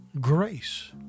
grace